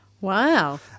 Wow